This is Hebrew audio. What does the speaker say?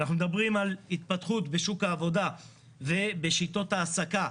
אנחנו מדברים על התפתחות בשוק העבודה ובשיטות העסקה,